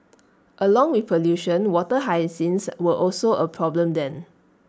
along with pollution water hyacinths were also A problem then